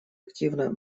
активно